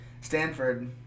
Stanford –